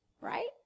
Right